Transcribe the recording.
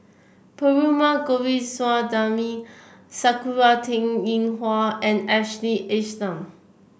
Perumal Govindaswamy Sakura Teng Ying Hua and Ashley Isham